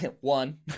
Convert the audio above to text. one